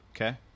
Okay